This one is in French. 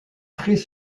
très